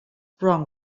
wrong